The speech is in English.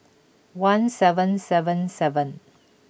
one seven seven seven